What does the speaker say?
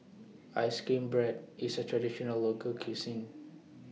Ice Cream Bread IS A Traditional Local Cuisine